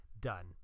Done